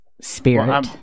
Spirit